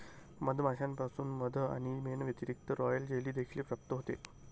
मधमाश्यांमधून मध आणि मेण व्यतिरिक्त, रॉयल जेली देखील प्राप्त होते